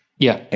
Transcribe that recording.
yeah. and